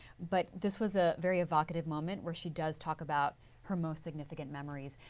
but this was a very evocative moment where she does talk about her most significant memories.